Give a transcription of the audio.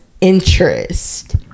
interest